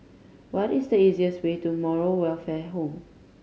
what is the easiest way to Moral Welfare Home